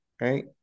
right